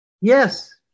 yes